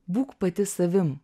būk pati savim